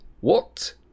What